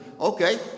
okay